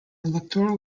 electoral